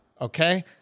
okay